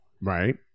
right